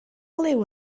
liw